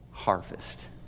Harvest